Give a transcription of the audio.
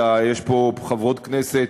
אלא יש פה חברות כנסת